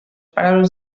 paraules